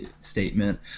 statement